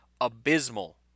abysmal